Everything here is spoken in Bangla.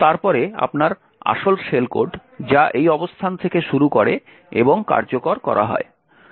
এবং তারপরে আপনার আসল শেল কোড যা এই অবস্থান থেকে শুরু করে এবং কার্যকর করা হয়